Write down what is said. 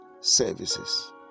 services